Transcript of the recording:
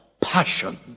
passion